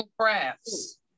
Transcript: crafts